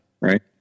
Right